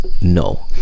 No